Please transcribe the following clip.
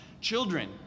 Children